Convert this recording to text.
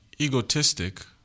egotistic